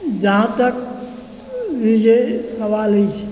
जहाँ तक ई जे सवाल अछि